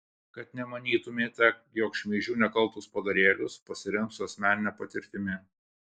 kad nemanytumėte jog šmeižiu nekaltus padarėlius pasiremsiu asmenine patirtimi